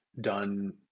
done